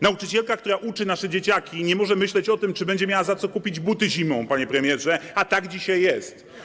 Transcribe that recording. Nauczycielka, która uczy nasze dzieciaki, nie może myśleć o tym, czy będzie miała za co kupić buty zimą, panie premierze, a tak dzisiaj jest.